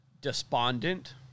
Despondent